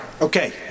Okay